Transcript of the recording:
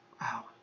Wow